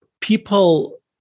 People